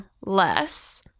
less